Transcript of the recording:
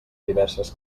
diverses